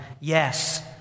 Yes